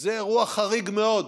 זה אירוע חריג מאוד,